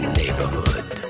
neighborhood